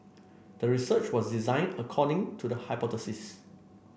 the research was designed according to the hypothesis